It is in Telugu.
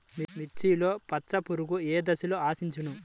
మిర్చిలో పచ్చ పురుగు ఏ దశలో ఆశించును?